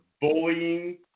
bullying